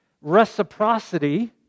reciprocity